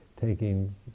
taking